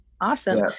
Awesome